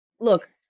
look